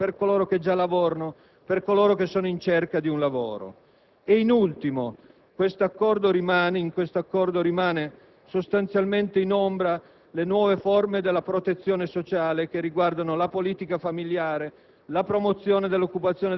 per le generazioni future, coloro che già lavorano o sono in cerca di un lavoro. Dall'altro lato, in questo accordo rimangono sostanzialmente in ombra le nuove forme di protezione sociale, che riguardano la politica familiare,